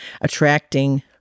attracting